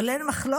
אבל אין מחלוקת